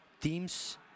Teams